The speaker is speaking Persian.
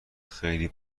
خیلی